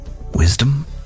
wisdom